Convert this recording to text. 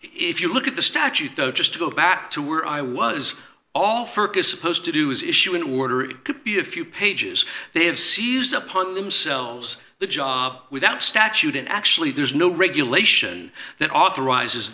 if you look at the statute though just to go back to where i was all fergus opposed to do is issue an order it could be a few pages they have seized upon themselves the job without statute and actually there's no regulation that authorizes